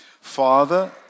Father